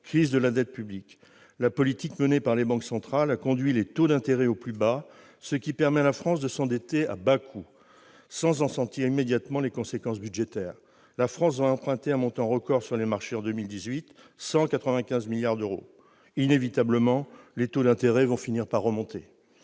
crise de la dette publique. La politique menée par les banques centrales a conduit les taux d'intérêt au plus bas, ce qui permet à la France de s'endetter à bas coût sans en sentir immédiatement les conséquences budgétaires. La France empruntera en 2018 un montant record sur les marchés : 195 milliards d'euros ! Inévitablement, les taux d'intérêt vont finir par remonter.